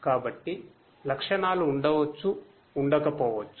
కాబట్టి లక్షణాలు ఉండవచ్చు ఉండకపోవచ్చు